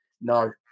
no